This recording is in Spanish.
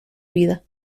vida